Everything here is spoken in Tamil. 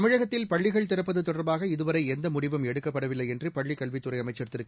தமிழகத்தில் பள்ளிகள் திறப்பது தொடர்பாக இதுவரை எந்த முடிவும் எடுக்கப்படவில்லை என்று பள்ளிக் கல்விக்குறை அமைச்சர் திரூ